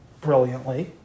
brilliantly